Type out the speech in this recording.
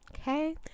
Okay